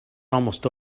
almost